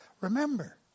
Remember